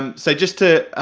um so just to,